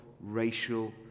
racial